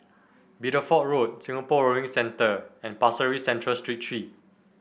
Bideford Road Singapore Rowing Centre and Pasir Ris Central Street Three